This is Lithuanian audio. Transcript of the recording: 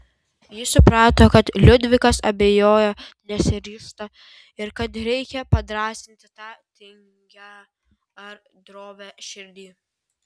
ji suprato kad liudvikas abejoja nesiryžta ir kad reikia padrąsinti tą tingią ar drovią širdį